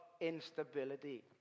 instability